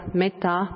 metta